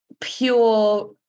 pure